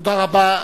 תודה רבה.